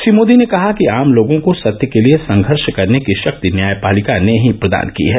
श्री मोदी ने कहा कि आम लोगों को सत्य के लिए संघर्ष करने की शक्ति न्यायपालिका ने ही प्रदान की है